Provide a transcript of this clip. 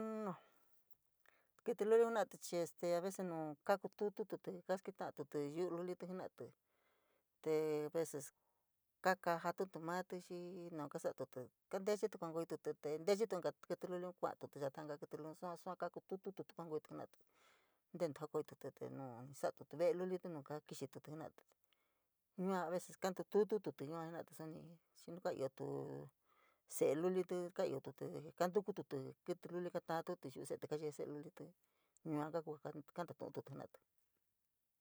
kítí luliun jena’ate chii a veces no kakutututí kasketa’atí yu’u lulilí jena’atí, te a veces kakajatí matí xii naún kasatutí, kantechete kuankoyotutí te ntechetu inka kítí luliun kuatutí yata inka kílí luliun sua, sua kakutututí te kuakoyotí jena’atí tentu jakoyotí jena’atí yua, a veces kantututí yua jena’atí suni, duni kaiotu se’e lulití kaiotutí ntukututí kítí luli taatí yuú se’etí te cayee se’e lulití, yua ka ku jaa kantatu’ute jena’atí.